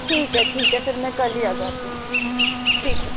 ठीक है ठीक है फिर मैं कल ही आ जाती हूँ ठीक है